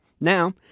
Now